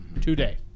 Today